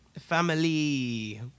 Family